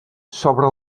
sobre